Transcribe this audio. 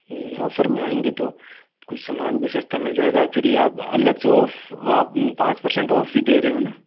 offer में आएंगे तो कुह सामान भी सस्ता मिल जाएगा और फिर ये आप अलग से ऑफ वो आप पाँच पर्सेन्ट ऑफ ही दे रहे हो न